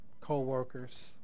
co-workers